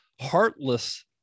heartless